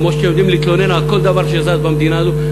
כמו שאתם יודעים להתלונן על כל דבר שזז במדינה הזאת,